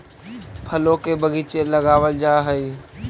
फलों के बगीचे लगावल जा हई